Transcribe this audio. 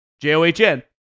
J-O-H-N